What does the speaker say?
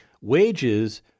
wages